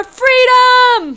freedom